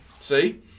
See